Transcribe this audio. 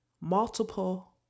multiple